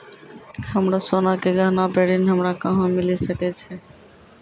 हमरो सोना के गहना पे ऋण हमरा कहां मिली सकै छै?